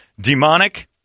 Demonic